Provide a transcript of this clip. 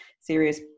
serious